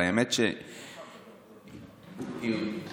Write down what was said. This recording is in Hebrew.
אתה לא חייב לדבר על פקודת המשטרה.